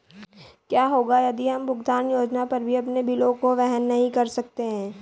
क्या होगा यदि हम भुगतान योजना पर भी अपने बिलों को वहन नहीं कर सकते हैं?